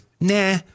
nah